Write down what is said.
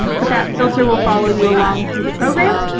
but that filter will follow you along through the program.